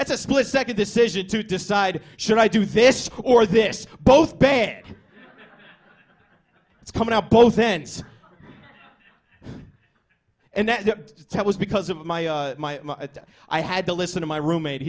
it's a split second decision to decide should i do this or this both bad it's coming out both ends and that was because of my i had to listen to my roommate